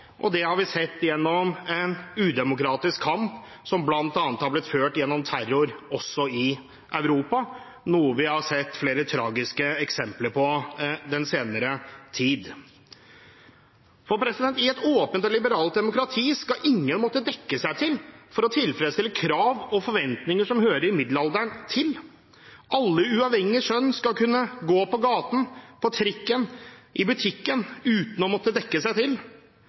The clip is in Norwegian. Og det har vi sett gjennom en udemokratisk kamp som bl.a. har blitt ført gjennom terror også i Europa, noe vi har sett flere tragiske eksempler på den senere tid. I et åpent og liberalt demokrati skal ingen måtte dekke seg til for å tilfredsstille krav og forventninger som hører middelalderen til. Alle, uavhengig av kjønn, skal kunne gå på gaten, på trikken, i butikken uten å måtte dekke seg til.